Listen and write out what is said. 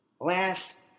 Last